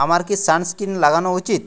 আমার কি সানস্ক্রিন লাগানো উচিত